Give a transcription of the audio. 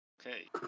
Okay